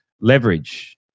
leverage